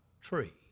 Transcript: tree